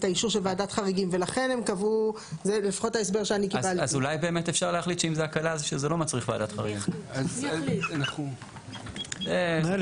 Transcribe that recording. הפרות